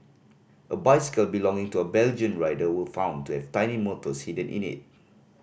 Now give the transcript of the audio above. a bicycle belonging to a Belgian rider were found to have tiny motors hidden in it